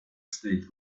statement